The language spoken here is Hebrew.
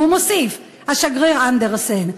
והוא מוסיף, השגריר אנדרסן: